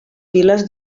files